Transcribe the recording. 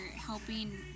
helping